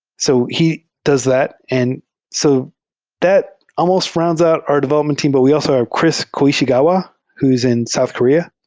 so he does that. and so that almost rounds up our development team, but we also have kris koishigawa who's in south korea,